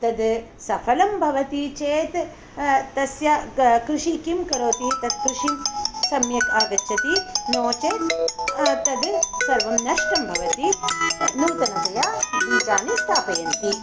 तद् सफलं भवति चेत् तस्य कृषि किं करोति तत् कृषिं सम्यक् आगच्छति नो चेत् तत् सर्वं नष्टं भवति नूतनतया बीजानि स्थापयन्ति